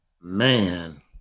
Man